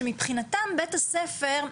שמבחינתם בית הספר,